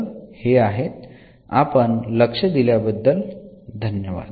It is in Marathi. आपण लक्ष दिल्याबद्दल धन्यवाद